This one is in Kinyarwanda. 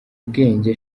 ubwenge